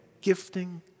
gifting